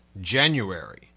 january